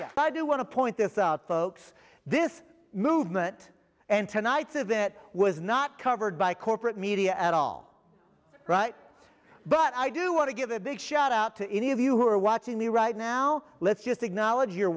but i do want to point this out folks this movement and tonights of that was not covered by corporate media at all right but i do want to give a big shout out to any of you who are watching me right now let's just acknowledge you're